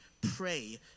pray